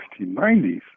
1990s